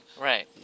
Right